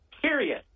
period